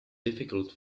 difficult